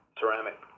ceramic